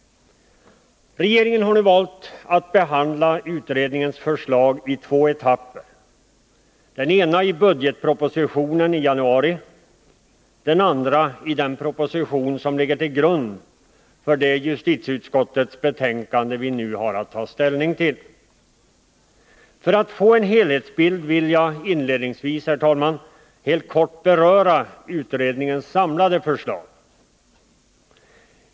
Regeringen har valt att behandla utredningens förslag i två etapper, den ena i budgetpropositionen i januari, den andra i den proposition som ligger till grund för det justitieutskottets betänkande vi nu skall ta ställning till. För att ledamöterna skall få en helhetsbild vill jag inledningsvis, herr talman, helt kort beröra utredningens samlade förslag.